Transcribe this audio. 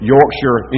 Yorkshire